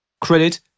Credit